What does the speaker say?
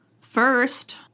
first